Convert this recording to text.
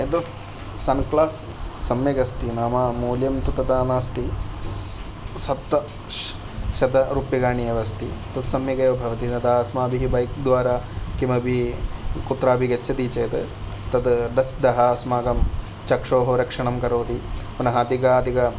एतत् सन्ग्लास् सम्यगस्ति नाम मूल्यं तु तथा नास्ति सप्तशतरूप्यकाणि एव अस्ति तत् सम्यगेव भवति तदा अस्माभिः बैक् द्वारा किमपि कुत्रापि गच्छति चेत् तत् डस्ट्तः अस्माकं चक्षोः रक्षणं करोति पुनः अधिकाधिक